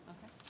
Okay